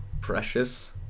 precious